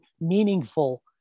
meaningful